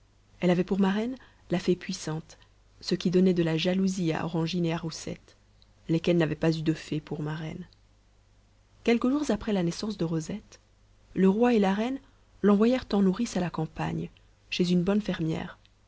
elle avait pour marraine la fée puissante ce qui donnait de la jalousie à orangine et à roussette lesquelles n'avaient pas eu de fées pour marraines quelques jours après la naissance de rosette le roi et la reine l'envoyèrent en nourrice à la campagne chez une bonne fermière